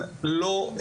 כל אחד שמבין